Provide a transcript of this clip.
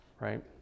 right